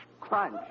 crunch